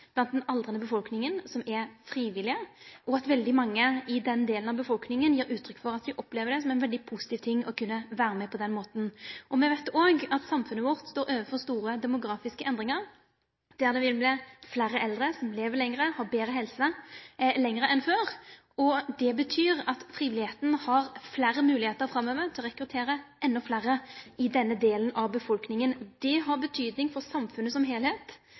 blant den aldrande befolkninga som er frivillige, og at veldig mange i den delen av befolkninga gir uttrykk for at dei opplever det som ein veldig positiv ting å kunne vere med på den måten. Me veit òg at samfunnet vårt står overfor store demografiske endringar, der det vil verte fleire eldre som lever lenger enn før, har betre helse, og det betyr at frivilligheita har fleire moglegheiter framover til å rekruttere endå fleire i denne delen av befolkninga. Det har betydning for samfunnet som